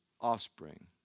offspring